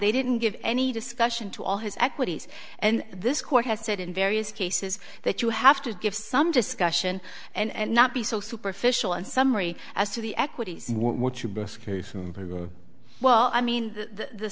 they didn't give any discussion to all his equities and this court has said in various cases that you have to give some discussion and not be so superficial and summary as to the equities well i mean the